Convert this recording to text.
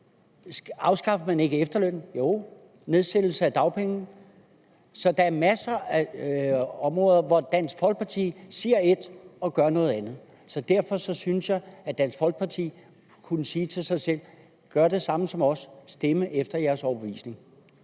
Afskaffede man ikke efterlønnen? Jo, og man forkortede dagpengeperioden. Så der er masser af områder, hvor Dansk Folkeparti siger ét og gør noget andet. Derfor synes jeg, at Dansk Folkeparti skulle sige til sig selv, at de skulle gøre det samme som os, nemlig stemme efter deres overbevisning.